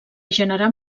generar